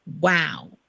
Wow